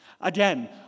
Again